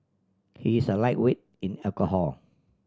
he is a lightweight in alcohol